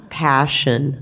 passion